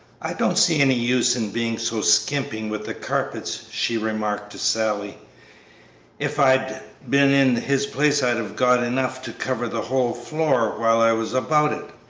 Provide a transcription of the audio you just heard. i don't see any use in being so skimping with the carpets, she remarked to sally if i'd been in his place i'd have got enough to cover the whole floor while i was about it,